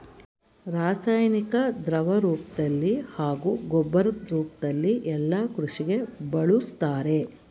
ರಾಸಾಯನಿಕನ ದ್ರವರೂಪ್ದಲ್ಲಿ ಹಾಗೂ ಗೊಬ್ಬರದ್ ರೂಪ್ದಲ್ಲಿ ಯಲ್ಲಾ ಕೃಷಿಗೆ ಬಳುಸ್ತಾರೆ